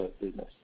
business